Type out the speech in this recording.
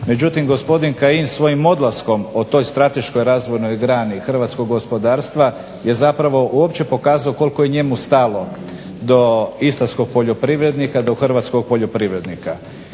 međutim gospodin Kajin svojim odlaskom o toj strateškoj razvojnoj grani hrvatskog gospodarstva je zapravo uopće pokazao koliko je njemu stalo do istarskog poljoprivrednika, do hrvatskog poljoprivrednika.